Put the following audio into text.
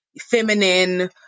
feminine